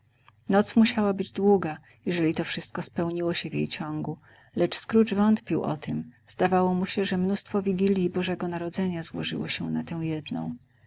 noc musiała być długa jeżeli to wszystko spełniło się w jej ciągu lecz scrooge wątpił o tem zdawało mu się że mnóstwo wigilji bożego narodzenia złożyło się na tę jedną